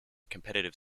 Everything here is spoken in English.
competitive